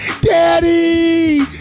Daddy